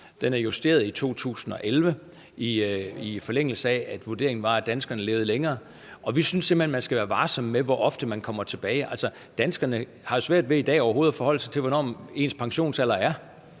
den blev justeret i 2011, i forlængelse af at vurderingen var, at danskerne levede længere. Vi synes simpelt hen, man skal være varsom med, hvor ofte man kommer tilbage. Altså, danskerne har jo svært ved i dag overhovedet at forholde sig til, hvornår deres pensionsalder er.